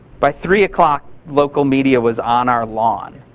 by three o'clock, local media was on our lawn.